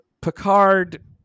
Picard